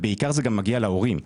בעיקר זה גם מגיע להורים.